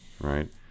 right